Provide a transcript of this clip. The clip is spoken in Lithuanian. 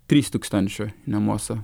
trys tūkstančioj namuose